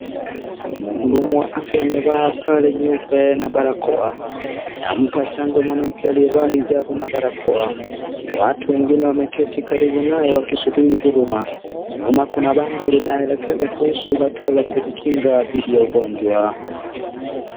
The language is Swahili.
Mhudumu wa afya amevaa sare nyeupe na barakoa anampa chanjo mwanamke aliyevaa hijabu na barakoa, watu wengine wameketi karibu naye wakisubiri huduma. Nyuma kuna bango linaelekeza kuhusu kuhusu hatua ya kujikinga dhidi ya ugonjwa.